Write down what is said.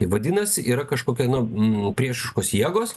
vadinasi yra kažkokia nu priešiškos jėgos